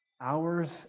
hours